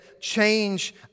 change